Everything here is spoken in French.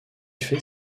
fait